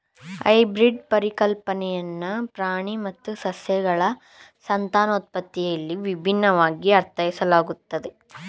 hybrid ಪರಿಕಲ್ಪನೆಯನ್ನ ಪ್ರಾಣಿ ಮತ್ತು ಸಸ್ಯಗಳ ಸಂತಾನೋತ್ಪತ್ತಿಯಲ್ಲಿ ವಿಭಿನ್ನವಾಗಿ ಅರ್ಥೈಸಲಾಗುತ್ತೆ